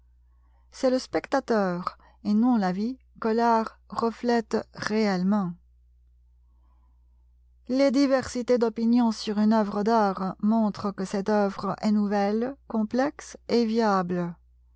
c'est le spectateur et non la vie que l'art reflète réellement les diversités d'opinion sur une œuvre d'art montrent que cette œuvre est nouvelle complexe et viable